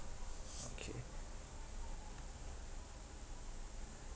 okay